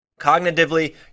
cognitively